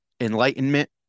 enlightenment